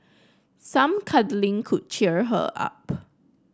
some cuddling could cheer her up